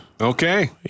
Okay